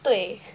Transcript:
对